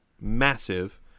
massive